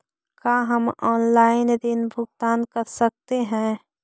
का हम आनलाइन ऋण भुगतान कर सकते हैं?